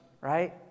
right